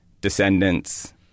Descendants